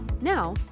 Now